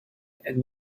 and